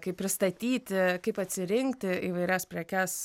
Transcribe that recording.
kaip pristatyti kaip atsirinkti įvairias prekes